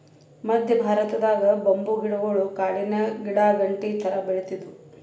ಮದ್ಯ ಭಾರತದಾಗ್ ಬಂಬೂ ಗಿಡಗೊಳ್ ಕಾಡಿನ್ ಗಿಡಾಗಂಟಿ ಥರಾ ಬೆಳಿತ್ತಿದ್ವು